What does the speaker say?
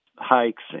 hikes